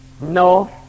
no